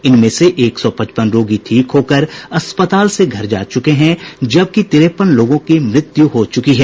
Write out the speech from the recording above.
इनमें से एक सौ पचपन रोगी ठीक होकर अस्पताल से घर जा चुके हैं जबकि तिरेपन लोगों की मृत्यु हो चुकी है